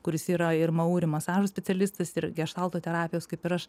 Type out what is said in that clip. kuris yra ir mauri masažų specialistas ir geštalto terapijos kaip ir aš